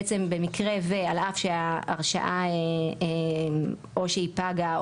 בעצם במקרה ועל אף וההרשאה או שהיא פגה,